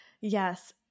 Yes